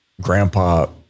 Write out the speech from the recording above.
grandpa